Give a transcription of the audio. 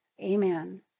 Amen